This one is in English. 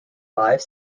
five